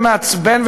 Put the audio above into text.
ומעצבן,